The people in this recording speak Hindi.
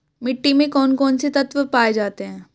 मिट्टी में कौन कौन से तत्व पाए जाते हैं?